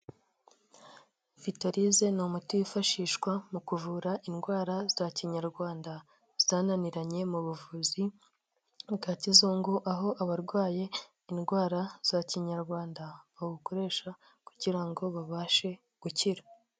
Vitolize ni umuti wifashishwa mu kuvura indwara za kinyarwanda zananiranye mu buvuzi bwa kizungu, aho abarwaye indwara za kinyarwanda, bawukoresha kugira ngo babashe gukira.